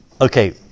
Okay